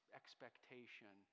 expectation